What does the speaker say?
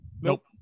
nope